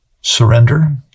surrender